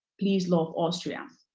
please love austria.